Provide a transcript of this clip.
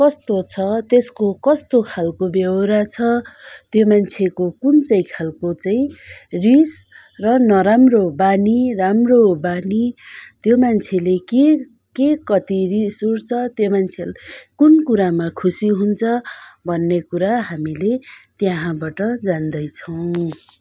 कस्तो छ त्यसको कस्तो खाले बेहोरा छ त्यो मान्छेको कुन चाहिँ खाले चाहिँ रिस र नराम्रो बानी राम्रो बानी त्यो मान्छेले के के कति रिस उठ्छ त्यो मान्छे कुन कुरामा खुसी हुन्छ भन्ने कुरा हामीले त्याहाँबाट जान्दछौँ